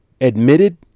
admitted